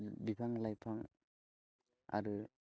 बिफां लाइफां आरो